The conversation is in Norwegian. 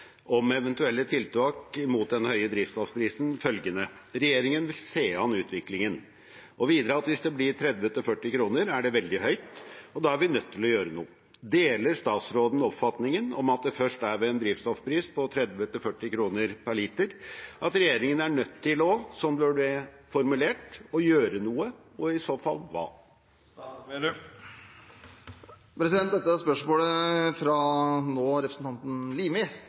om eventuelle tiltak mot den høye drivstoffprisen følgende: «Regjeringen vil se an utviklingen», og videre at «hvis det blir 30–40 kroner er det veldig høyt, og da er vi nødt til å gjøre noe». Deler statsråden oppfatningen om at det først er ved en drivstoffpris på 30–40 kroner at regjeringen er nødt til å – som det ble formulert – «gjøre noe», og i så fall hva?» Dette spørsmålet fra representanten Limi